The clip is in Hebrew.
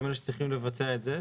הם אלה שצריכים לבצע את זה.